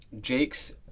Jake's